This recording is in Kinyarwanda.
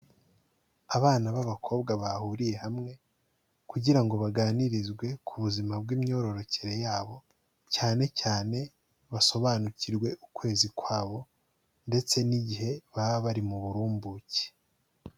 abana b'abakobwa bahuriye hamwe kugira ngo baganirizwe ku buzima bw'imyororokere yabo, cyane cyane basobanukirwe ukwezi kwabo ndetse n'igihe baba bari mu burumbuke.